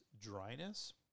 dryness